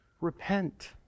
repent